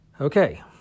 Okay